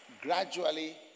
gradually